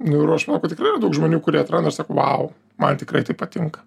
nu ir aš manau kad tikrai yra daug žmonių kurie atranda ir sako vau man tikrai tai patinka